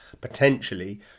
potentially